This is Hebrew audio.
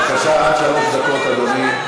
בבקשה, עד שלוש דקות לאדוני.